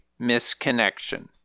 misconnection